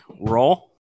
roll